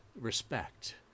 respect